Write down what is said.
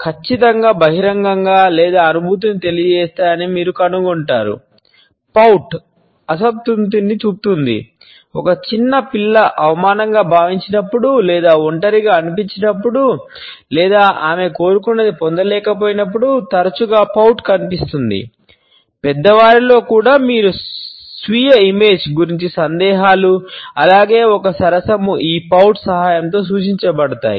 కాబట్టి పర్స్డ్ సహాయంతో సూచించబడతాయి